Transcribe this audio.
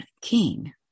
king